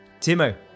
timo